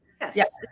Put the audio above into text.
Yes